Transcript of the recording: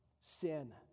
sin